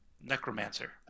Necromancer